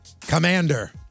Commander